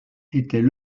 étaient